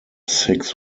six